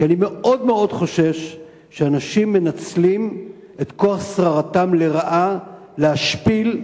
כי אני מאוד מאוד חושש שאנשים מנצלים את כוח שררתם לרעה להשפיל,